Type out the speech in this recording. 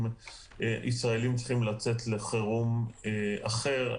אם ישראלים צריכים לצאת לחירום אחר,